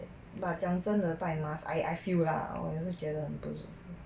but 讲真的带 mask I I feel lah 我也是觉得很不舒服